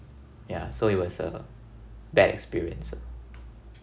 yeah so it was a bad experience ah